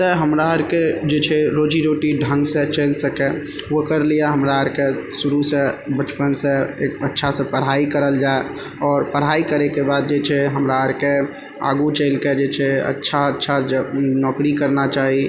तैॅं हमरा आरके जे छै रोजी रोटी ढङ्ग से चलि सकैत ओकर लिए हमरा आरके शुरू से बचपन से एक अच्छा से पढ़ाइ कयल जाए आओर पढ़ाइ करैके बाद जे छै हमरा आरके आगू चलिके जे छै अच्छा अच्छा जौ नौकरी करना चाही